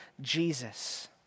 Jesus